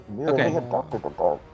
Okay